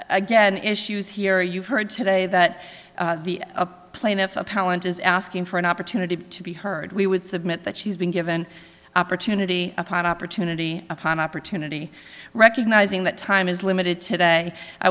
again issues here you've heard today that the plaintiff appellant is asking for an opportunity to be heard we would submit that she's been given opportunity upon opportunity upon opportunity recognizing that time is limited today i